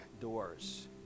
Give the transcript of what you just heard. doors